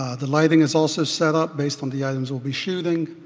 the lighting is also set up based on the items we'll be shooting.